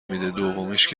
میده، دومیشم